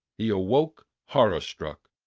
he awoke horror-struck.